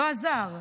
לא עזר,